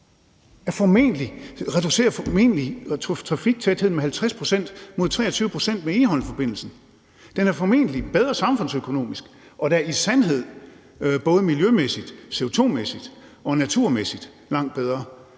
reduceres trafiktætheden med 50 pct. mod 23 pct. med Egholmforbindelsen.Den er formentlig bedre samfundsøkonomisk, og den er da i sandhed både miljømæssigt, CO2-mæssigt og naturmæssigt langt bedre.